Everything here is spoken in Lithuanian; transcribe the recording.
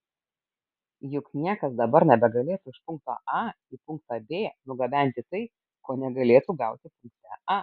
juk niekas dabar nebegalėtų iš punkto a į punktą b nugabenti tai ko negalėtų gauti punkte a